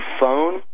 phone